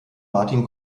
martin